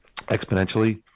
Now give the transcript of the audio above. exponentially